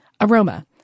aroma